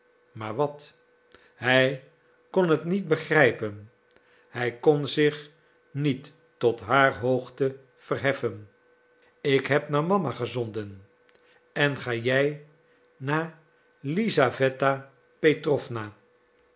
maar wat hij kon het niet begrepen hij kon zich niet tot haar hoogte verheffen ik heb naar mama gezonden en ga jij naar